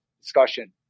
discussion